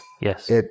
Yes